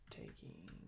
taking